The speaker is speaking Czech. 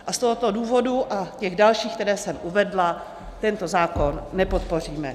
A z tohoto důvodu a těch dalších, které jsem uvedla, tento zákon nepodpoříme.